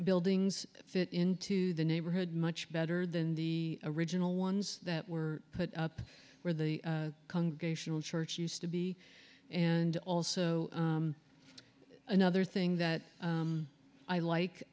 buildings fit into the neighborhood much better than the original ones that were put up where the congregational church used to be and also another thing that i like